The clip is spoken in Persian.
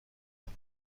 کنی